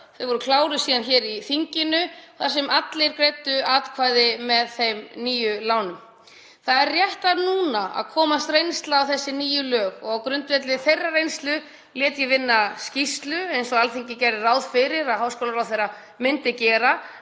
Þau voru síðan kláruð hér í þinginu þar sem allir greiddu atkvæði með þeim nýju lögum. Það er rétt núna að komast reynsla á þessi nýju lög og á grundvelli þeirrar reynslu lét ég vinna skýrslu, eins og Alþingi gerir ráð fyrir að háskólaráðherra geri,